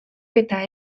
eta